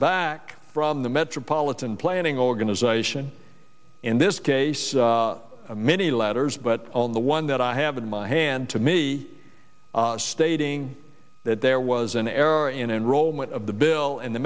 back from the metropolitan planning organization in this case many letters but on the one that i have in my hand to me stating that there was an error in enrollment of the bill and the